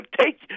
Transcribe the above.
take